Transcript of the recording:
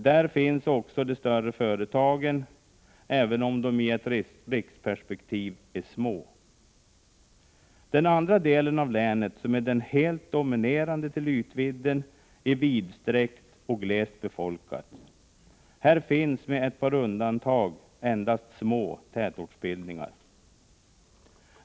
Där finns också de större företagen, även om de sedda i ett riksperspektiv är små. Den andra delen av länet, som är den helt dominerande till ytvidden, är vidsträckt och glest befolkad. Här finns, med ett par undantag, endast små tätortsbildningar.